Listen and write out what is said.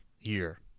year